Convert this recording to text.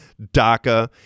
DACA